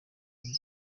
bombi